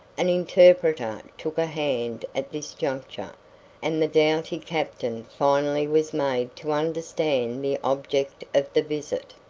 an interpreter took a hand at this juncture and the doughty captain finally was made to understand the object of the visit.